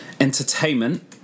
entertainment